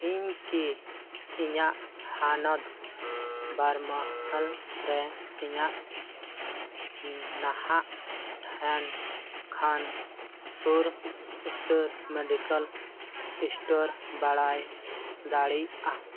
ᱤᱧᱠᱤ ᱤᱧᱟᱹᱜ ᱦᱚᱱᱚᱛ ᱵᱟᱨᱟᱢᱩᱞᱞᱟ ᱨᱮ ᱤᱧᱟᱹᱜ ᱱᱟᱦᱟᱜ ᱴᱷᱟᱶ ᱠᱷᱚᱱ ᱥᱩᱨ ᱩᱛᱟᱹᱨ ᱢᱮᱰᱤᱠᱮᱞ ᱥᱴᱳᱨ ᱵᱟᱲᱟᱭ ᱫᱟᱲᱮᱭᱟᱜᱼᱟ